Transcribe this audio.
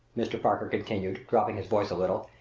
mr. parker continued, dropping his voice a little,